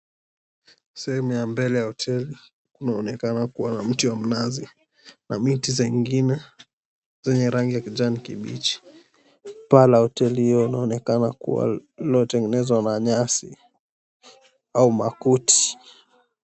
Sehemu ya mbele ya hoteli kunaonekana Kua na mti wa mnazi na miti zingine zenye rangi ya kijani kibichi. Paa la hoteli hilo linaonekana Kua lilotengenezwa na nyasi au makuti.